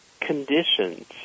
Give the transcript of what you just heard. conditions